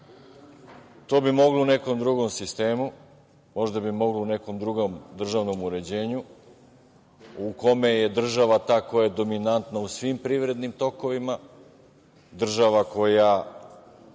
To bi moglo u nekom drugom sistemu, možda bi moglo u nekom drugom državnom uređenju u kome je država ta koja je dominantna u svim privrednim tokovima, država koja